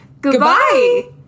Goodbye